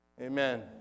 Amen